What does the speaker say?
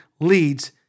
leads